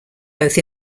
both